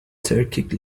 turkic